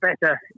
better